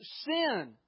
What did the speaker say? sin